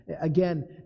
Again